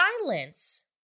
silence